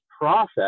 process